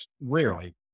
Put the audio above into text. rarely